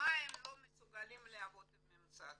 במה הם לא מסוגלים לעבוד עם הממסד,